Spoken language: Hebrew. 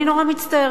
אני נורא מצטערת,